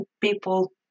people